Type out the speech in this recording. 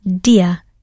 Dear